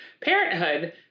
Parenthood